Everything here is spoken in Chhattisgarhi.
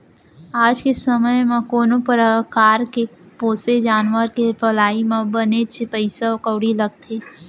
आज के समे म कोनो परकार के पोसे जानवर के पलई म बनेच पइसा कउड़ी लागथे